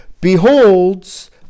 beholds